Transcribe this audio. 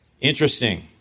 Interesting